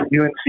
UNC –